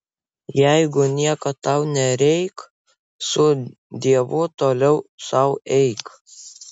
jeigu nieko tau nereik su dievu toliau sau eik